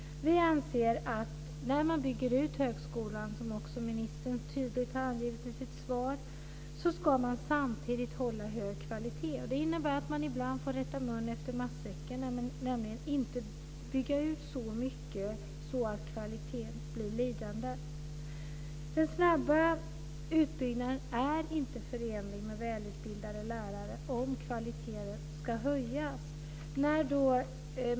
När man bygger ut högskolan, som ministern tydligt har angivit i sitt svar, ska man samtidigt hålla hög kvalitet, anser vi. Det innebär att man ibland får rätta mun efter matsäcken, nämligen inte bygga ut så mycket att kvaliteten blir lidande. Den snabba utbyggnaden är inte förenlig med välutbildade lärare, om kvaliteten ska höjas.